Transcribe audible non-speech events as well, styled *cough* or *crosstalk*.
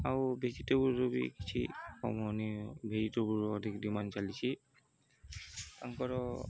ଆଉ ଭେଜିଟେବୁଲ୍ର ବି କିଛି *unintelligible* ଭେଜିଟେବୁଲ୍ ଅଧିକ ଡ଼ିମାଣ୍ଡ ଚାଲିଛି ତାଙ୍କର